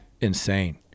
insane